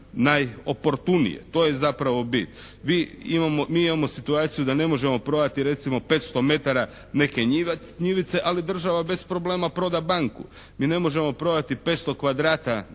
najoportunije. To je zapravo bit. Vi imamo, mi imamo situaciju da ne možemo prodati recimo 500 metara neke njivice, ali država bez problema proda banku. Mi ne možemo prodati 500 kvadrata ne znam te njivice,